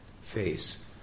face